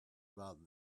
about